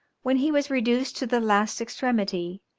when he was reduced to the last extremity,